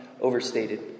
overstated